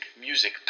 music